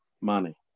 money